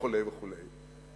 וכו' וכו'.